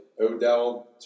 Odell